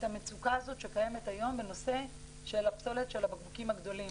המצוקה שקיימת היום בנושא פסולת הבקבוקים הגדולים.